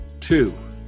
two